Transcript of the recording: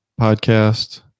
podcast